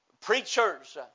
preachers